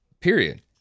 period